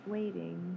waiting